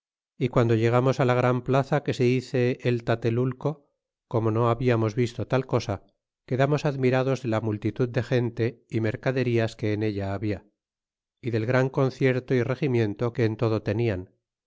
y guando llegamos á la gran plaza que se dice el tatelulco como no hablamos visto tal cosa quedamos admirados de la multitud de gente y mercaderías que en ella habla y del gran concierto y regimiento que en todo tenían